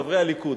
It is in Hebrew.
חברי הליכוד,